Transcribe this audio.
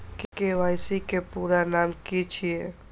KYC के पूरा नाम की छिय?